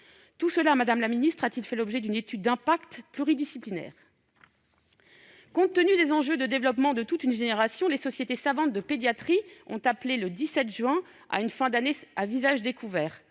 Tout cela a-t-il fait l'objet d'une étude d'impact pluridisciplinaire ? Compte tenu des enjeux de développement de toute une génération, les sociétés savantes de pédiatrie ont appelé, le 17 juin dernier, à une fin d'année à visage découvert